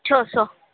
ଛଅଶହ